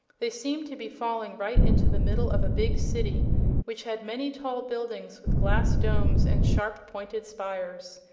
they seemed to be falling right into the middle of a big city which had many tall buildings with glass domes and sharp-pointed spires.